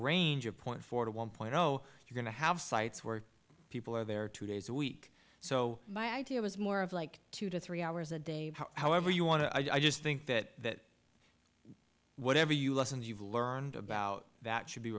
range of point four to one point zero you're going to have sites where people are there two days a week so my idea was more of like two to three hours a day however you want to i just think that whatever you lessons you've learned about that should be